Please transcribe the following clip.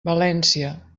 valència